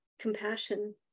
compassion